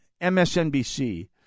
MSNBC